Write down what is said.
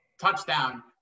touchdown